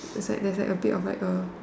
it's like there's like a bit of like a